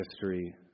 history